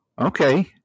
Okay